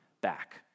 back